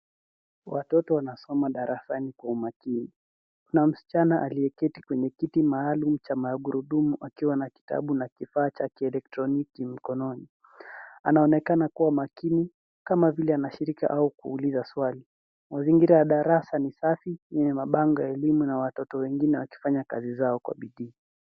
Watoto wanasoma darasani kwa umakini kuna msichana aliyeketi kwenye kiti maalum cha magurudumu akiwa na kitabu na kifaa cha kielektroniki mkononi anaonekana kua makini kama vile anashiriki au kuuliza swali mazingira ya darasa ni safi yenye mabango ya elimu na watoto wengine wakifanya kazi zao kwa bidii.